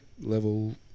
level